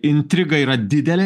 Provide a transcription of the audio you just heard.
intriga yra didelė